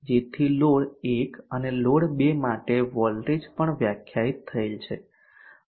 જેથી લોડ 1 અને લોડ 2 માટે વોલ્ટેજ પણ વ્યાખ્યાયિત થયેલ છે